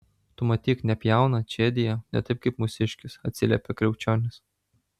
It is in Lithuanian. tu matyk nepjauna čėdija ne taip kaip mūsiškis atsiliepė kriaučionis